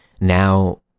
Now